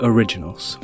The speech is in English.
Originals